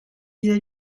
vis